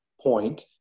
Point